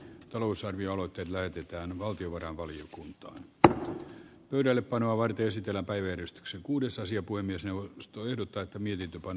talousarvioaloitteet lähetetään valtiovarainvaliokuntaan ra pöydällepanoa varten esitellä everstiksi kuudes asia kuin myös eun ostoehdot täyttäminen on